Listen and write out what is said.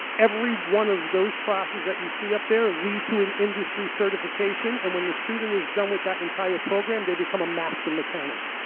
every one of those classes that you see up there lead to an industry certification. and when the student is done with that entire program they become a master mechanic.